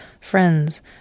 Friends